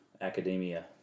academia